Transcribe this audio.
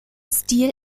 stil